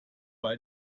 wobei